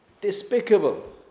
despicable